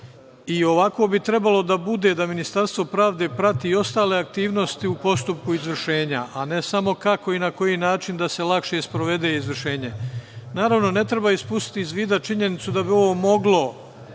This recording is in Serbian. Ovako bi trebalo da bude, da Ministarstvo pravde prati ostale aktivnosti u postupku izvršenja, a ne samo kako i na koji način da se lakše sprovede izvršenje. Naravno, ne treba ispustiti iz vida činjenicu da bi ovo moglo,